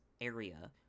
area